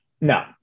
no